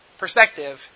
Perspective